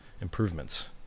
improvements